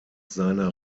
seiner